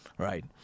Right